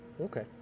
Okay